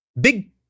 Big